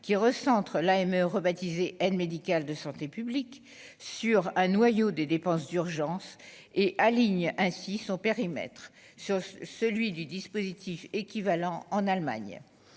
qui recentre l'AME rebaptisé aide médicale de santé publique sur un noyau des dépenses d'urgence et aligne ainsi son périmètre sur celui du dispositif équivalent en Allemagne,